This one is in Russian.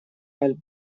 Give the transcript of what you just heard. аль